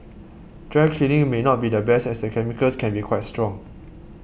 dry cleaning may not be the best as the chemicals can be quite strong